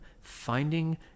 finding